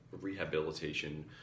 rehabilitation